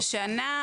היא הייתה לשנה,